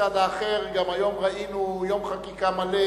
ומצד האחר גם היום ראינו יום חקיקה מלא,